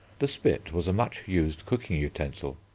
the spit was a much used cooking utensil.